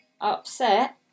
upset